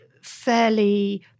fairly